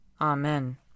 Amen